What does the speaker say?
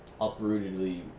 uprootedly